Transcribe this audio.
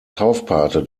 taufpate